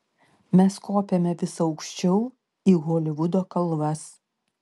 mes kopėme vis aukščiau į holivudo kalvas